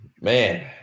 Man